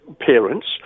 parents